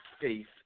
faith